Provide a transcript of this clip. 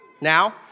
Now